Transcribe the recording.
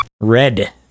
Red